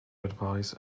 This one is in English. advice